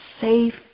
safe